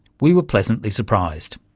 we were pleasantly surprised.